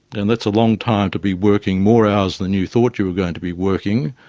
and that's a long time to be working more hours than you thought you were going to be working,